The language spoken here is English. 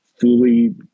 fully